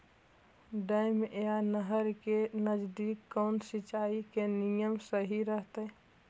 Dam या नहर के नजदीक कौन सिंचाई के नियम सही रहतैय?